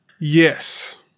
Yes